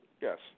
Yes